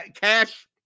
Cash